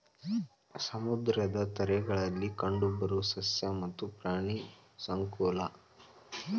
ಸಮುದ್ರದ ತೇರಗಳಲ್ಲಿ ಕಂಡಬರು ಸಸ್ಯ ಮತ್ತ ಪ್ರಾಣಿ ಸಂಕುಲಾ